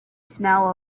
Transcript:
smell